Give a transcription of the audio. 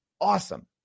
awesome